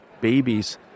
babies